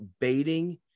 baiting